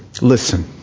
Listen